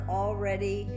already